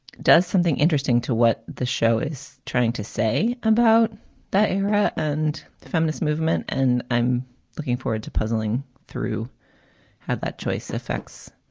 does something interesting to what the show is trying to say about that era and the feminist movement. and i'm looking forward to puzzling through how that choice affects.